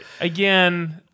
again